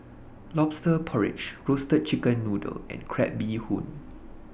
Lobster Porridge Roasted Chicken Noodle and Crab Bee Hoon